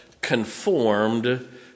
conformed